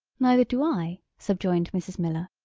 neither do i, subjoined mrs. miller.